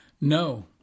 No